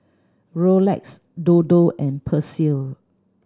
Rolex Dodo and Persil